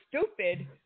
stupid